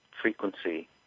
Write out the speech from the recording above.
frequency